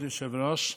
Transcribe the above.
כבוד היושב-ראש,